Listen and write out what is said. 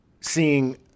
seeing